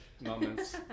moments